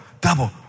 double